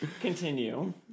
Continue